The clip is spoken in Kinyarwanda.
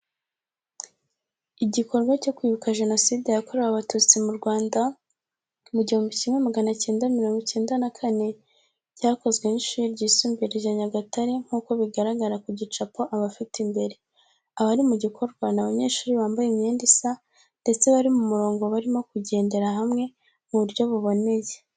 Igikorwa cyo kwibuka Jenoside yakorewe abatutsi mu Rwanda mu gihumbi kimwe magana cyenda mirongo icyenda na kane cyakozwe n'ishuri ryisumbuye rya Nyagatare nk’uko bigaragara ku gicapo abafite imbere. Abari mu gikorwa ni abanyeshuri bambaye imyenda isa ndetse bari mu murongo barimo kugendera hamwe mu buryo buboneye.